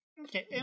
Okay